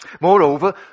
Moreover